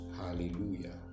Hallelujah